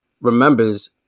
remembers